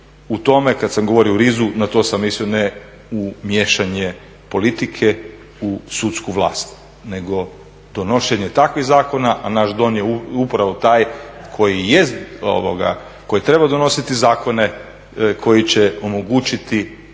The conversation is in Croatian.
U tome kad sam govorio u RIZ-u na to sam mislio ne u miješanje politike, u sudsku vlast, nego donošenje takvih zakona, a naš Dom je upravo taj koji jest, koji treba donositi zakone, koji će omogućiti